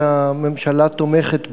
שהממשלה תומכת בה.